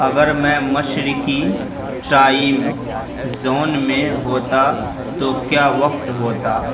اگر میں مشرقی ٹائیم زون میں ہوتا تو کیا وقت ہوتا